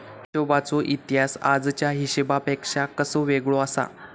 हिशोबाचो इतिहास आजच्या हिशेबापेक्षा कसो वेगळो आसा?